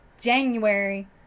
January